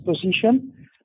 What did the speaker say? position